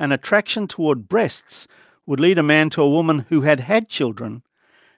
an attraction toward breasts would lead a man to a woman who had had children